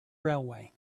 railway